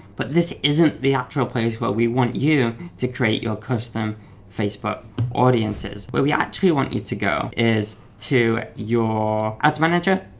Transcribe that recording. but this isn't the actual place where we want you to create your custom facebook audiences. where we actually want you to go is to your ads manager,